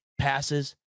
passes